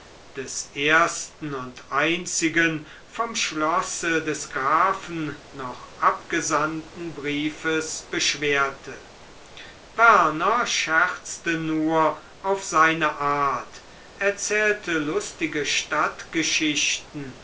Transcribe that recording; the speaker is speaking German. des ersten und einzigen vom schlosse des grafen noch abgesandten briefes beschwerte werner scherzte nur auf seine art erzählte lustige